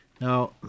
Now